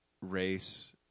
race